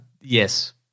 Yes